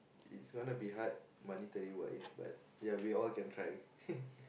it's gonna be hard monetary wise ya but we all can try